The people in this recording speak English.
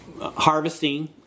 harvesting